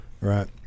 right